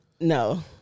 No